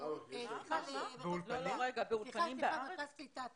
למקום במרכזי קליטה.